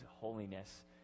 holiness